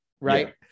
Right